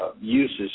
uses